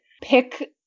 Pick